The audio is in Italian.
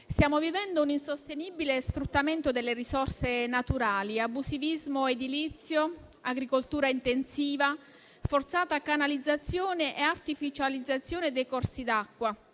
stiamo vivendo un insostenibile sfruttamento delle risorse naturali: abusivismo edilizio, agricoltura intensiva, forzata canalizzazione e artificializzazione dei corsi d'acqua,